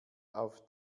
auf